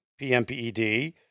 PMPED